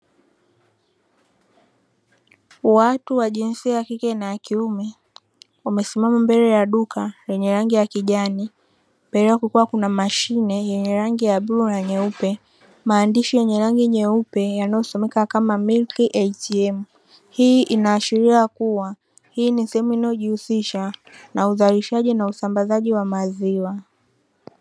Watu wa jinsia ya kike na ya kiume wamesimama mbele ya duka lenye rangi ya kijani. Mbiele yake kukiwa kuna mashine yenye rangi ya bluu na nyeupe. Maandishi yenye rangi nyeupe yanayosomeka kama Milk ATM. Hii inaashiria kuwa hii ni sehemu inayojihusisha na uzalishaji na usambazaji wa maziwa.